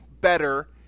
better